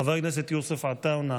חבר הכנסת יוסף עטאונה,